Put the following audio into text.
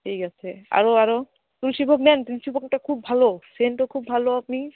ঠিক আছে আরো আরো তুলসিভোগ নেন তুলসিভোগটা খুব ভালো সেন্টও খুব ভালো আপনি